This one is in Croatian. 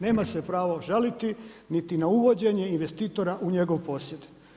Nema se pravo žaliti niti na uvođenje investitora u njegov posjed.